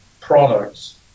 products